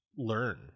learn